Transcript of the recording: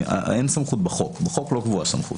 בחוק לא קבועה סמכות.